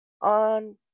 on